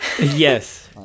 Yes